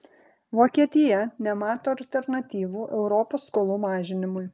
vokietija nemato alternatyvų europos skolų mažinimui